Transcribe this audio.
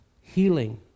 healing